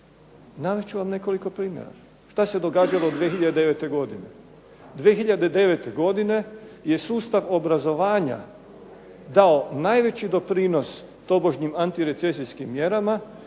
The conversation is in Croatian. Navest ću vam nekoliko primjera. Što se događalo 2009. godine? 2009. godine je sustav obrazovanja dao najveći doprinos tobožnjim antirecesijskim mjerama